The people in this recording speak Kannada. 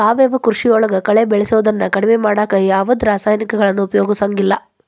ಸಾವಯವ ಕೃಷಿಯೊಳಗ ಕಳೆ ಬೆಳಿಯೋದನ್ನ ಕಡಿಮಿ ಮಾಡಾಕ ಯಾವದ್ ರಾಸಾಯನಿಕಗಳನ್ನ ಉಪಯೋಗಸಂಗಿಲ್ಲ